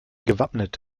gewappnet